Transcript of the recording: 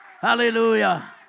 Hallelujah